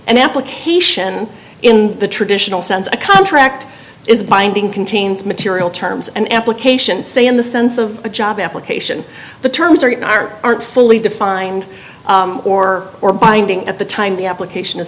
and application in the traditional sense a contract is binding contains material terms an application say in the sense of a job application the terms or you are aren't fully defined or or binding at the time the application